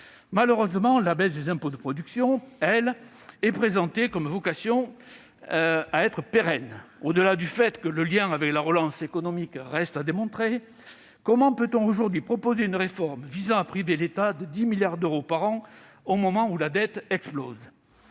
Malheureusement, la baisse des impôts de production, elle, est présentée comme ayant vocation à être pérenne. Au-delà du fait que le lien avec la relance économique reste à démontrer, comment peut-on aujourd'hui proposer une réforme visant à priver l'État de 10 milliards d'euros par an au moment où la dette explose ?